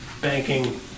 Banking